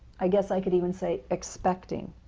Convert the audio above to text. i guess i could even say expecting.